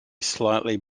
slightly